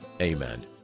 Amen